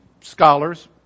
scholars